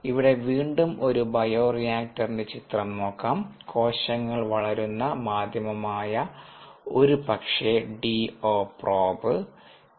ഇവിടെ വീണ്ടും ഒരു ബയോറിയാക്ടറിന്റെ ചിത്രം നോക്കാം കോശങ്ങൾ വളരുന്ന മാധ്യമമായ ഒരുപക്ഷേ DO പ്രോബ് പി